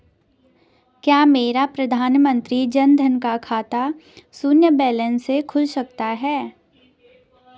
क्या मेरा प्रधानमंत्री जन धन का खाता शून्य बैलेंस से खुल सकता है?